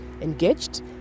engaged